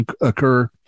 occur